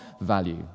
value